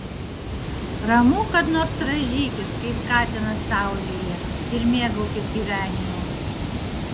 ramu kad nors rąžykis kaip katinas saulėje ir mėgaukis gyvenimu